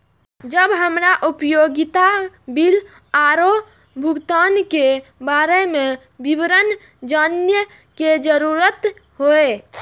जब हमरा उपयोगिता बिल आरो भुगतान के बारे में विवरण जानय के जरुरत होय?